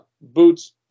Boots